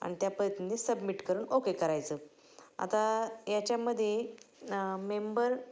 आणि त्या पद्धतीने सबमिट करून ओके करायचं आता याच्यामध्ये मेंबर